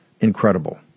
incredible